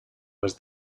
was